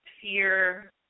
fear